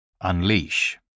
Unleash